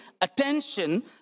attention